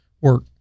work